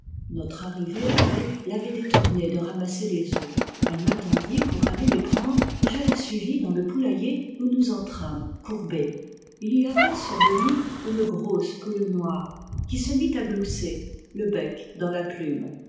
notre arrivée la veille l'avait détournée de ramasser les œufs elle m'attendit pour aller les prendre et je la suivis dans le poulailler où nous entrâmes courbés il y avait sur le nid une grosse poule noire qui se mit à glousser le bec dans la plume